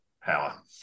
power